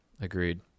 agreed